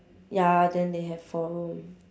ya then they have four room